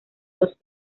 dos